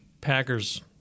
Packers